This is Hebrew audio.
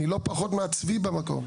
אני לא פחות מהצבי במקום,